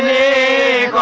a